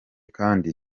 kandi